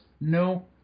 no